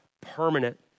permanent